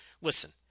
listen